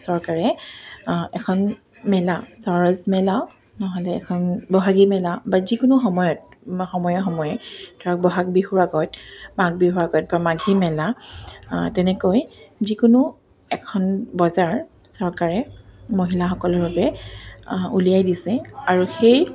চৰকাৰে এখন মেলা চৰচ মেলা নহ'লে এখন বহাগী মেলা বা যিকোনো সময়ত সময়ে সময়ে ধৰক ব'হাগ বিহুৰ আগত মাঘ বিহুৰ আগত বা মাঘি মেলা তেনেকৈ যিকোনো এখন বজাৰ চৰকাৰে মহিলাসকলৰ বাবে উলিয়াই দিছে আৰু সেই